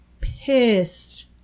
pissed